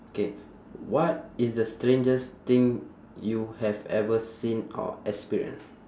K what is the strangest thing you have ever seen or experience